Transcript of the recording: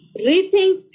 rethink